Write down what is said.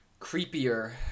creepier